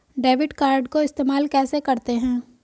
Debit card को इस्तेमाल कैसे करते हैं?